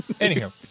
Anyhow